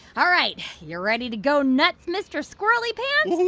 all right. you ready to go nuts, mr. squirrelypants? hey,